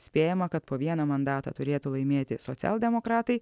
spėjama kad po vieną mandatą turėtų laimėti socialdemokratai